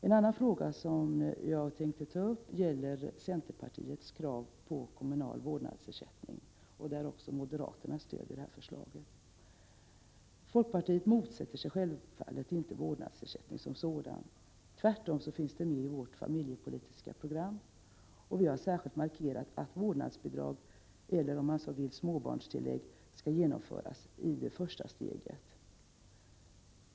En annan fråga som jag tänker ta upp gäller centerpartiets krav på kommunal vårdnadsersättning, vilket också moderaterna stöder. Folkpartiet motsätter sig självfallet inte vårdnadsersättning som sådan. Tvärtom finns den med i vårt familjepolitiska program, och vi har särskilt markerat att vårdnadsbidrag eller, om man så vill, småbarnstillägg skall införas i ett första steg.